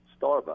starbucks